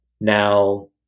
now